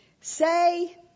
say